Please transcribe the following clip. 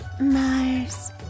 Mars